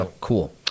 Cool